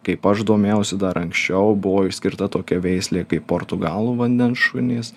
kaip aš domėjausi dar anksčiau buvo išskirta tokia veislė kaip portugalų vandens šunys